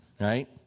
right